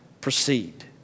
proceed